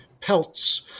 pelts